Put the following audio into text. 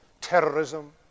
terrorism